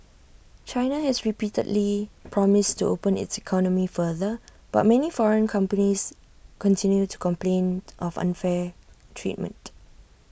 China has repeatedly promised to open its economy further but many foreign companies continue to complain of unfair treatment